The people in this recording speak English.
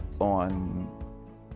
on